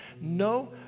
no